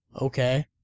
okay